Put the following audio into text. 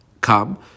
come